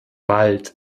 wald